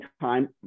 time